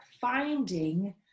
finding